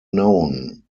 known